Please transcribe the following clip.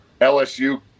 LSU